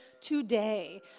today